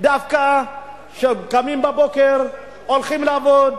דווקא אלה שקמים בבוקר, הולכים לעבוד,